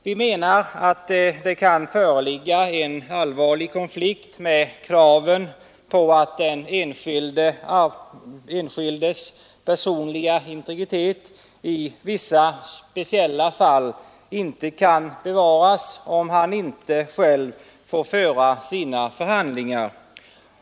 Vi menar att det kan föreligga en allvarlig konflikt med kraven på att den enskildes personliga integritet i vissa speciella fall inte kan bevaras, om han inte själv får föra sina förhandlingar.